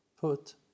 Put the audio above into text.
put